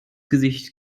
gesicht